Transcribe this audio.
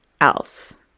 else